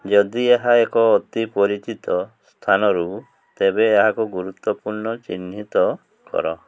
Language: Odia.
ଯଦି ଏହା ଏକ ଅତି ପରିଚିତ ସ୍ଥାନରୁ ତେବେ ଏହାକୁ ଗୁରୁତ୍ୱପୂର୍ଣ୍ଣ ଚିହ୍ନିତ କର